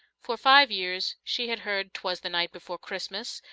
for five years she had heard twas the night before christmas,